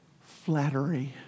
Flattery